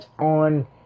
on